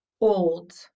old